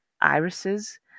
irises